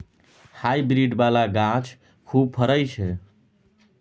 hybrid बला गाछ खूब फरइ छै